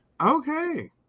Okay